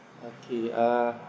okay uh